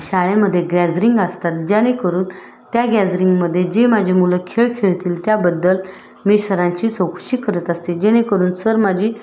शाळेमध्ये गॅजरिंग असतात जेणेकरून त्या गॅजरिंगमध्ये जे माझी मुलं खेळ खेळतील त्याबद्दल मी सरांची चौकशी करत असते जेणेकरून सर माझी